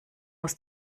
aus